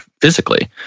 physically